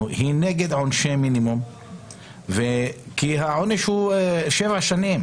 היא נגד עונשי מינימום כי העונש הוא 7 שנים.